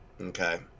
okay